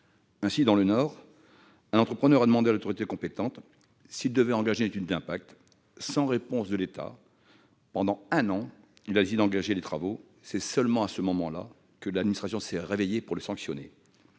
Ainsi, dans le Nord, un entrepreneur a demandé à l'autorité compétente s'il devait engager une étude d'impact. Sans réponse de l'État pendant un an, il a décidé d'engager les travaux, et c'est seulement à ce moment-là que l'administration s'est réveillée pour le sanctionner